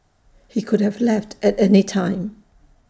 he could have left at any time